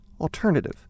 alternative